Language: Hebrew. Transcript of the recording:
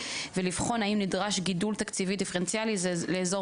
ולבחון האם נדרש גידול תקציבי דיפרנציאלי לאזור